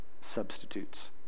substitutes